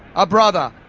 a brother,